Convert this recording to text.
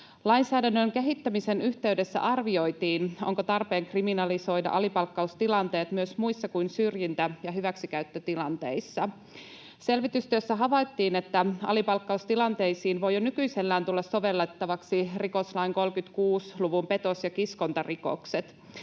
Lainsäädännön kehittämisen yhteydessä arvioitiin, onko tarpeen kriminalisoida alipalkkaustilanteet myös muissa kuin syrjintä‑ ja hyväksikäyttötilanteissa. Selvitystyössä havaittiin, että alipalkkaustilanteisiin voi jo nykyisellään tulla sovellettavaksi rikoslain 36 luvun petos‑ ja kiskontarikokset.